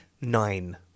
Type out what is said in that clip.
Nine